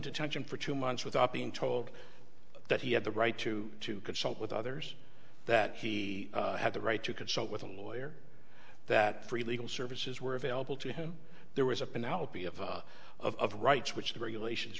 detention for two months without being told that he had the right to to consult with others that he had the right to consult with a lawyer that free legal services were available to him there was a penelope of of rights which the regulations